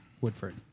Woodford